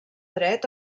dret